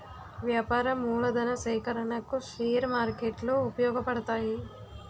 వ్యాపార మూలధన సేకరణకు షేర్ మార్కెట్లు ఉపయోగపడతాయి